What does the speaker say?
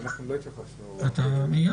קודם